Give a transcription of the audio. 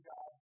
God